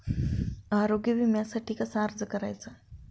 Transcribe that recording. आरोग्य विम्यासाठी कसा अर्ज करायचा?